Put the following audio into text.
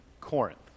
Corinth